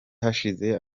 hashize